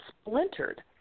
splintered